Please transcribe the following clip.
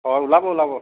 অঁ ওলাব ওলাব